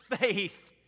faith